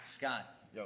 Scott